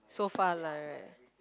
so far lah right